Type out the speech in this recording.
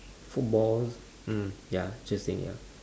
football mm ya interesting ya